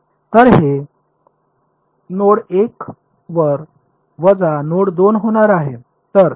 तर हे नोड 1 वर वजा नोड 2 होणार आहे